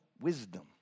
wisdom